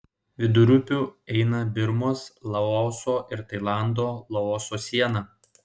vidurupiu eina birmos laoso ir tailando laoso siena